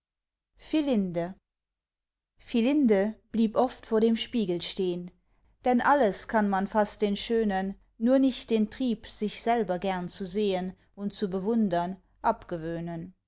philinde philinde blieb oft vor dem spiegel stehn denn alles kann man fast den schönen nur nicht den trieb sich selber gern zu sehn und zu bewundern abgewöhnen